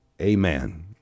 Amen